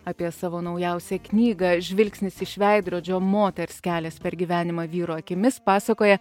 apie savo naujausią knygą žvilgsnis iš veidrodžio moters kelias per gyvenimą vyro akimis pasakoja